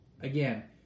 again